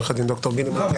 עו"ד ד"ר גיל לימון.